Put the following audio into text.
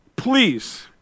Please